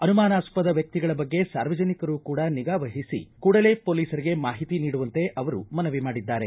ಅನುಮಾನಾಸ್ವದ ವ್ಯಕ್ತಿಗಳ ಬಗ್ಗೆ ಸಾರ್ವಜನಿಕರು ಕೂಡಾ ನಿಗಾವಹಿಸಿ ಕೂಡಲೇ ಪೊಲೀಸರಿಗೆ ಮಾಹಿತಿ ನೀಡುವಂತೆ ಅವರು ಮನವಿ ಮಾಡಿದ್ದಾರೆ